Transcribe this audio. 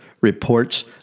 reports